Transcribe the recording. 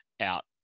out